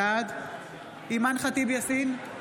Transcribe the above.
בעד אימאן ח'טיב יאסין,